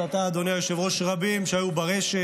כולנו היינו עדים לאירועי הסתה רבים שהיו ברשת,